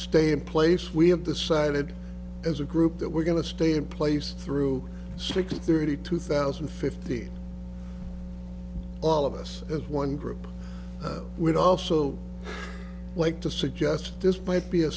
stay in place we have decided as a group that we're going to stay in place through six thirty two thousand and fifteen all of us as one group would also like to suggest this might be a